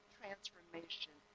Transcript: transformation